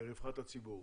לרווחת הציבור.